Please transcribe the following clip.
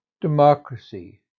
Democracy